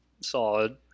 solid